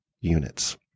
units